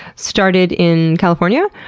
started in california,